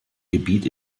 gebiet